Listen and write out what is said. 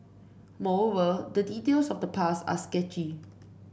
moreover the details of the past are sketchy